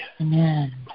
Amen